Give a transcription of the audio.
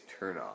turnoff